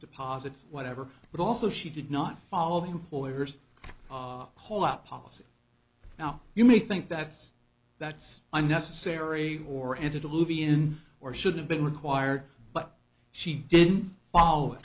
deposits whatever but also she did not follow the employer's whole out policy now you may think that's that's unnecessary or ended up moving in or should have been required but she didn't follow it